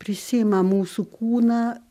prisiima mūsų kūną